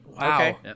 Wow